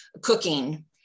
cooking